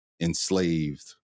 enslaved